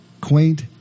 quaint